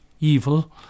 evil